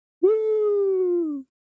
Woo